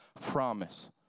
promise